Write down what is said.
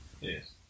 Yes